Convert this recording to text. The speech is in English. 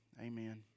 Amen